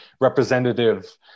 representative